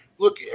Look